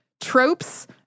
tropes